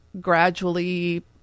gradually